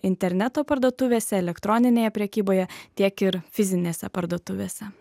interneto parduotuvėse elektroninėje prekyboje tiek ir fizinėse parduotuvėse